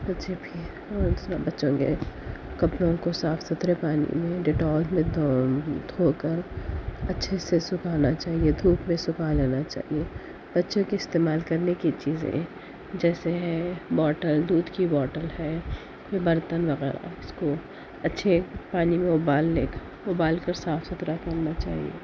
بچے ہوتے ہیں اور پھر بچوں کے کپڑوں صاف ستھرے پہنے انہیں ڈیٹول میں دھو کر اچھے سے سکھانا چاہیے دھوپ میں سکھا لینا چاہیے بچوں کے استعمال کرنے کی چیزیں جیسے ہے بوٹل دودھ کی بوٹل ہے برتن وغیرہ اس کو اچھے پانی میں ابال لے ابال کر صاف ستھرا کرنا چاہیے